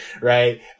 right